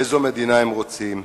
איזו מדינה הם רוצים?